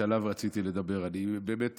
אתה רואה שאתה לבד, איך יהיה נגד?